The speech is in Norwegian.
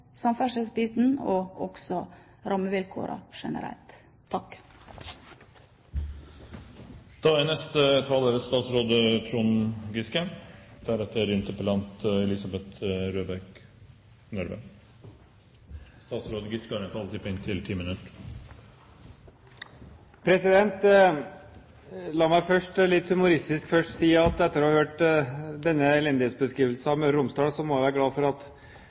samferdselsbiten og med rammevilkårene generelt. La meg først litt humoristisk si at etter å ha hørt denne elendighetsbeskrivelsen av Møre og Romsdal må jeg være glad for at